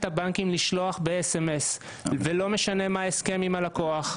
הבנקים לשלוח ב-SMS ולא משנה מה ההסכם עם הלקוח,